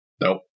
Nope